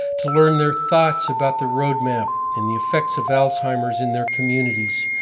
to learn their thoughts about the roadmap, and the effects of alzheimer's in their communities.